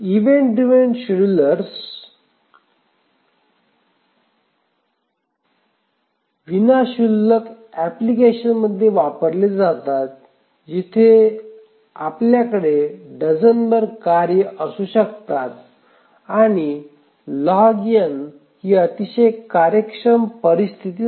event driven schedulers विना क्षुल्लक application वापरले जातात जिथे आमच्याकडे डझनभर कार्ये असू शकतात आणि log ही अतिशय कार्यक्षम परिस्थिती नाही